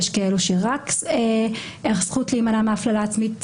ויש כאלה שרק הזכות להימנע מהפללה עצמית.